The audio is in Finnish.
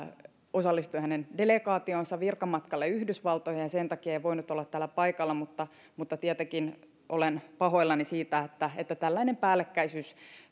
delegaatioon virkamatkalle yhdysvaltoihin ja sen takia en voinut olla täällä paikalla mutta mutta tietenkin olen pahoillani siitä että että tällainen päällekkäisyys